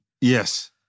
Yes